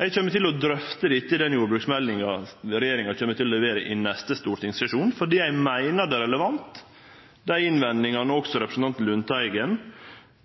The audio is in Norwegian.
Eg kjem til å drøfte dette i den jordbruksmeldinga regjeringa kjem til å levere i neste stortingssesjon, fordi eg meiner dei er relevante, dei innvendingane som også representanten Lundteigen